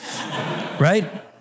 Right